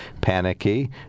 panicky